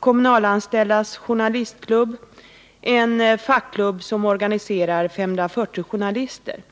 kommunalanställdas journalistklubb, en fackklubb som organiserar 540 journalister.